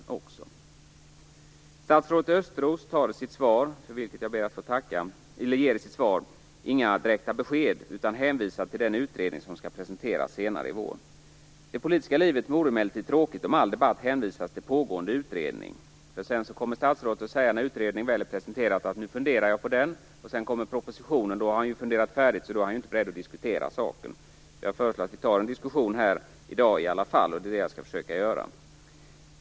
Statsrådet Östros ger i sitt svar, för vilket jag ber att få tacka, inga direkta besked, utan han hänvisar till den utredning som skall presenteras senare i vår. Det politiska livet vore emellertid tråkigt om det i varje debatt hänvisades till pågående utredning. När väl en utredning är presenterad kommer statsrådet att säga att han funderar på den. Sedan kommer propositionen och då har han funderat färdigt, så då är han inte beredd att diskutera saken. Jag föreslår därför att vi tar en diskussion här i dag i alla fall. Det är det jag skall försöka göra.